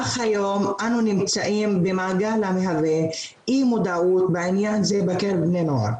אך היום אנחנו נמצאים במעגל המהווה אי מודעות בעניין הזה בקרב בני נוער,